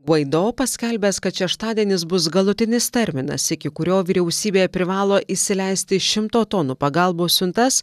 gvaido paskelbęs kad šeštadienis bus galutinis terminas iki kurio vyriausybė privalo įsileisti šimto tonų pagalbos siuntas